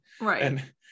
Right